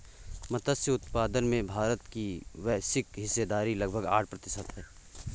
मत्स्य उत्पादन में भारत की वैश्विक हिस्सेदारी लगभग आठ प्रतिशत है